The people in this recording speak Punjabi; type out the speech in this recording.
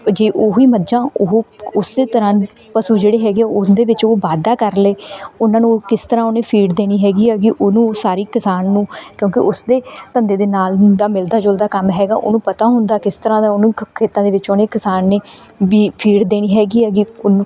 ਜੇ ਉਹ ਹੀ ਮੱਝਾਂ ਉਹ ਉਸ ਤਰ੍ਹਾਂ ਪਸ਼ੂ ਜਿਹੜੇ ਹੈਗੇ ਹੈ ਉਹਦੇ ਵਿੱਚ ਉਹ ਵਾਧਾ ਕਰ ਲਵੇ ਉਹਨਾਂ ਨੂੰ ਕਿਸ ਤਰ੍ਹਾਂ ਉਹਨੇ ਫੀਡ ਦੇਣੀ ਹੈਗੀ ਹੈਗੀ ਉਹਨੂੰ ਉਹ ਸਾਰੀ ਕਿਸਾਨ ਨੂੰ ਕਿਉਂਕਿ ਉਸਦੇ ਧੰਦੇ ਦੇ ਨਾਲ ਹੁੰਦਾ ਮਿਲਦਾ ਜੁਲਦਾ ਕੰਮ ਹੈਗਾ ਉਹਨੂੰ ਪਤਾ ਹੁੰਦਾ ਕਿਸ ਤਰ੍ਹਾਂ ਦਾ ਉਹਨੂੰ ਖ ਖੇਤਾਂ ਦੇ ਵਿੱਚ ਉਹਨੇ ਕਿਸਾਨ ਨੇ ਵੀ ਫੀਡ ਦੇਣੀ ਹੈਗੀ ਹੈਗੀ ਉਹਨੂੰ